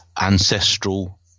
ancestral